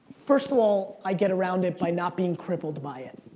first of all, i get around it by not being crippled by it.